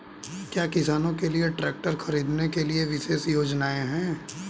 क्या किसानों के लिए ट्रैक्टर खरीदने के लिए विशेष योजनाएं हैं?